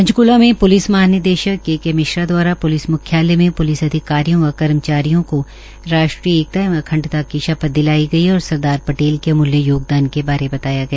पंचकुला में पुलिस महानिदेशक के के मिश्रा दवारा पुलिस मुख्यालय में प्लिस अधिकारियों व कर्मचारियों को राष्ट्रीय एकता एवं अखंडता की शपथ दिलाई गई और सरदार पटेल के अमूलय योगदान के बारे बताया गया